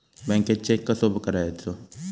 बँकेत चेक कसो भरायचो?